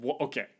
Okay